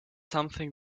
something